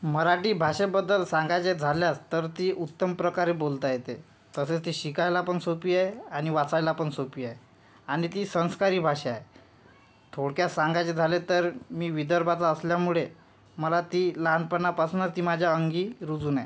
मराठी भाषेबद्दल सांगायचे झाल्यास तर ती उत्तम प्रकारे बोलता येते तसेच ती शिकायला पण सोपी आहे आणि वाचायला पण सोपी आहे आणि ती संस्कारी भाषा आहे थोडक्यात सांगायचे झाले तर मी विदर्भाचा असल्यामुळे मला ती लहानपणापासूनच ती माझ्या अंगी रुजून आहे